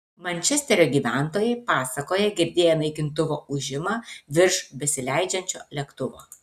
mančesterio gyventojai pasakoja girdėję naikintuvo ūžimą virš besileidžiančio lėktuvo